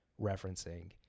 referencing